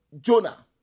Jonah